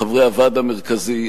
חברי הוועד המרכזי,